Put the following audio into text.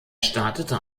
startete